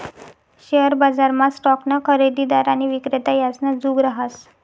share बजारमा स्टॉकना खरेदीदार आणि विक्रेता यासना जुग रहास